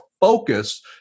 focused